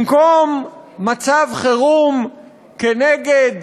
במקום מצב חירום נגד